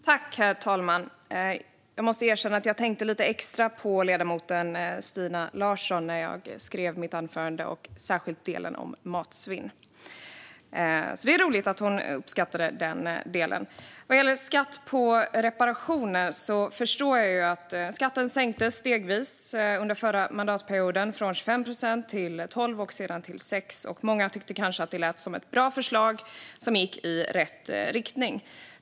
Herr talman! Jag måste erkänna att jag tänkte lite extra på ledamoten Stina Larsson när jag skrev mitt anförande, särskilt delen om matsvinn. Det är roligt att hon uppskattade den delen. Vad gäller skatt på reparationer förstår jag frågan. Skatten sänktes stegvis under förra mandatperioden, från 25 till 12 och sedan 6 procent. Många tyckte kanske att det lät som ett bra förslag som gick i rätt riktning.